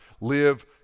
Live